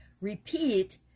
repeat